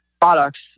products